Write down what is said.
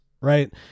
right